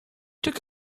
took